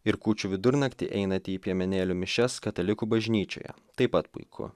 ir kūčių vidurnaktį einate į piemenėlių mišias katalikų bažnyčioje taip pat puiku